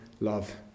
Love